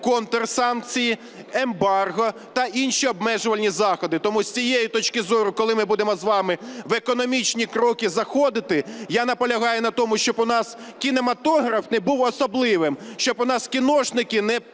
контрсанкції, ембарго та інші обмежувальні заходи. Тому з цієї точки зору, коли ми будемо з вами в економічні кроки заходити, я наполягаю на тому, щоб у нас кінематограф не був особливим, щоб у нас кіношники не працювали